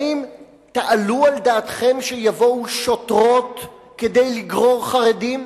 האם תעלו על דעתכם שיבואו שוטרות כדי לגרור חרדים?